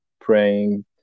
praying